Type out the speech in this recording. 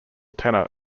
tenor